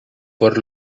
por